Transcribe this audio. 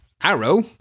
arrow